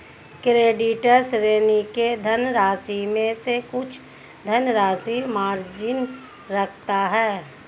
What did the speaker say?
creditor, ऋणी के धनराशि में से कुछ धनराशि मार्जिन रखता है